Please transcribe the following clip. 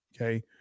Okay